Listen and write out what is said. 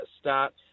start